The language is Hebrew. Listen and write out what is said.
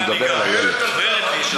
הוא מדבר על איילת שפיצלה,